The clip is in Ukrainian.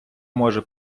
може